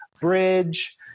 bridge